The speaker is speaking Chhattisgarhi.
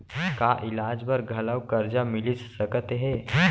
का इलाज बर घलव करजा मिलिस सकत हे?